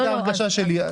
זאת הייתה ההרגשה שלי.